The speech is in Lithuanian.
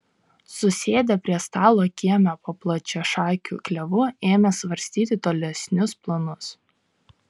susėdę prie stalo kieme po plačiašakiu klevu ėmė svarstyti tolesnius planus